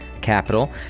Capital